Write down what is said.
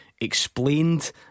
explained